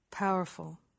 powerful